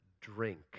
drink